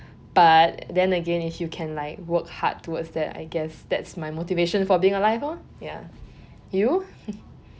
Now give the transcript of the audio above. but then again if you can like work hard towards that I guess that's my motivation for being alive lor ya you